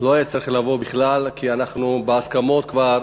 לא היה צריך לבוא בכלל, כי אנחנו בהסכמות, כבר